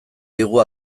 digu